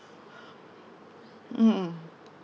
mm